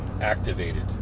activated